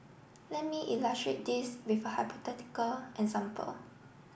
let me illustrate this with a hypothetical example